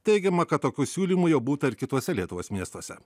teigiama kad tokių siūlymų jau būta ir kituose lietuvos miestuose